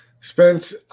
Spence